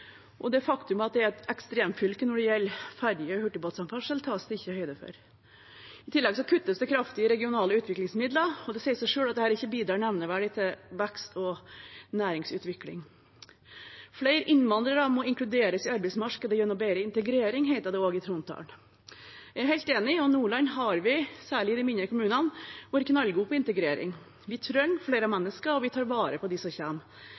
og det faktum at det er et ekstremfylke når det gjelder ferje- og hurtigbåtsamferdsel, tas det ikke høyde for. I tillegg kuttes det kraftig i regionale utviklingsmidler, og det sier seg selv at dette ikke bidrar nevneverdig til vekst og næringsutvikling. Flere innvandrere må inkluderes i arbeidsmarkedet gjennom bedre integrering, heter det også i trontalen. Jeg er helt enig, og i Nordland har vi, særlig i de mindre kommunene, vært knallgode på integrering. Vi trenger flere mennesker, og vi tar vare på dem som